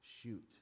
shoot